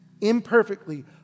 imperfectly